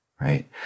right